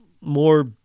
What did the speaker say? more